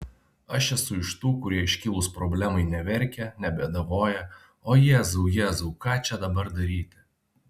aš esu iš tų kurie iškilus problemai neverkia nebėdavoja o jėzau jėzau ką čia dabar daryti